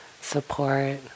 support